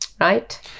right